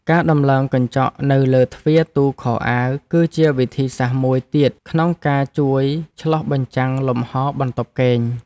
ការដំឡើងកញ្ចក់នៅលើទ្វារទូខោអាវគឺជាវិធីសាស្ត្រមួយទៀតក្នុងការជួយឆ្លុះបញ្ចាំងលំហរបន្ទប់គេង។